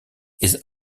his